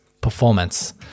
performance